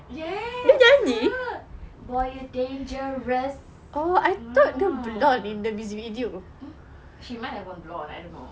yes that's her boy you dangerous ah she might have gone blonde I don't know